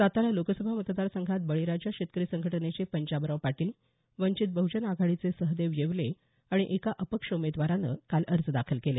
सातारा लोकसभा मतदार संघात बळीराजा शेतकरी संघटनेचे पंजाबराव पाटील वंचित बहजन आघाडीचे सहदेव येवले आणि एका अपक्ष उमेदवारानं काल अर्ज दाखल केले